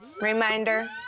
Reminder